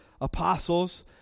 apostles